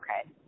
Okay